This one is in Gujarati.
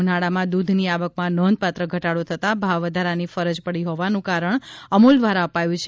ઉનાળામાં દૂધની આવકમાં નોંધપાત્ર ઘટાડો થતા ભાવ વધારવાની ફરજ પડી હોવાનું કારણ અમૂલ દ્વારા અપાયું છે